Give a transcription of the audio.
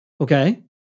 Okay